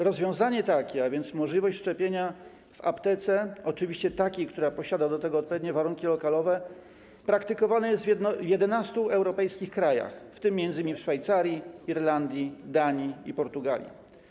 Rozwiązanie takie, a więc możliwość szczepienia w aptece, oczywiście takiej, która posiada do tego odpowiednie warunki lokalowe, praktykowane jest w 11 europejskich krajach, w tym m.in. w Szwajcarii, Irlandii, Danii i Portugalii.